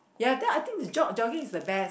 ya then I think jog jogging is the best